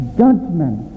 judgment